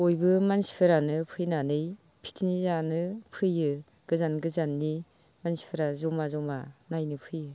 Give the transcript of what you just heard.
बयबो मानसिफोरानो फैनानै फिकनिक जानो फैयो गोजान गोजाननि मानसिफ्रा जमा जमा नायनो फैयो